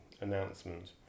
announcement